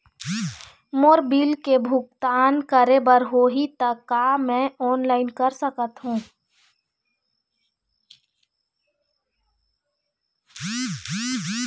मोर bill के भुगतान करे बर होही ता का मैं ऑनलाइन कर सकथों?